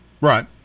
Right